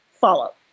follow